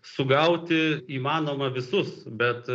sugauti įmanoma visus bet